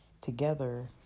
together